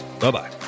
Bye-bye